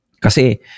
Kasi